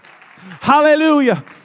hallelujah